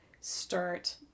start